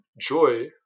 joy